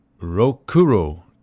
Rokuro